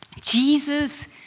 Jesus